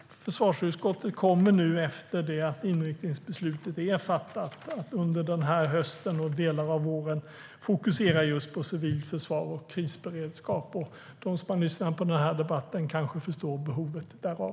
Försvarsutskottet kommer, efter det att inriktningsbeslutet är fattat, under den här hösten och delar av våren att fokusera just på civilt försvar och krisberedskap. De som har lyssnat på den här debatten kanske förstår behovet därav.